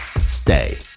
stay